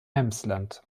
emsland